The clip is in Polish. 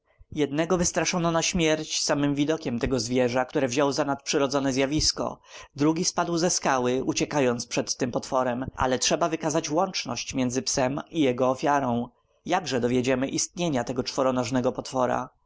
jednego wystraszono na śmierć samym widokiem tego zwierza które wziął za nadprzyrodzone zjawisko drugi spadł ze skały uciekając przed tym potworem ale trzeba wykazać łączność pomiędzy psem i jego ofiarą jakże dowiedziemy istnienia tego czworonożnego potwora